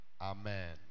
Amen